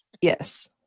Yes